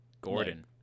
Gordon